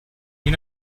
you